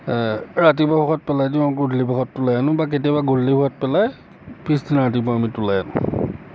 ৰাতিপুৱা ভাগত পেলাই দিওঁ আৰু গধূলি ভাগত তোলাই আনো বা কেতিয়াবা গধূলি ভাগত পেলাই পিছদিনা ৰাতিপুৰা তোলাই ৰাখোঁ